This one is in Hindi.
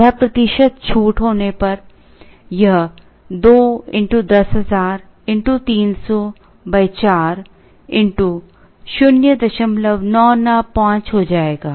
आधा प्रतिशत छूट होने पर यह 2 x 10000 x 300 4 0995 हो जाएगा